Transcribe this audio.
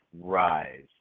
rise